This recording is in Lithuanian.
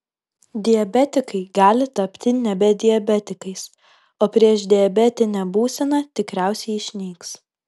diabetikai gali tapti nebe diabetikais o priešdiabetinė būsena tikriausiai išnyks